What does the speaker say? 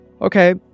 Okay